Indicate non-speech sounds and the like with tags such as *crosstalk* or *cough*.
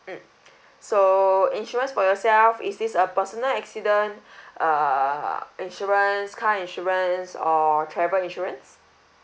mm *noise* so insurance for yourself is this a personal accident *breath* err insurance car insurance or travel insurance